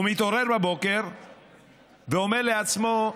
הוא מתעורר בבוקר ואומר לעצמו: